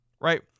Right